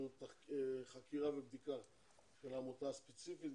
ביקשנו חקירה ובדיקה של עמותה ספציפית.